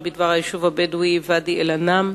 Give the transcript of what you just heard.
ולמנות ראש מועצה